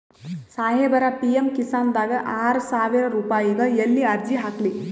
ಸಾಹೇಬರ, ಪಿ.ಎಮ್ ಕಿಸಾನ್ ದಾಗ ಆರಸಾವಿರ ರುಪಾಯಿಗ ಎಲ್ಲಿ ಅರ್ಜಿ ಹಾಕ್ಲಿ?